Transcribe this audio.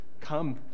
come